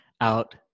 out